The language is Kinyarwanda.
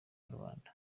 rubanda